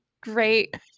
great